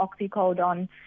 oxycodone